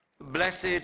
Blessed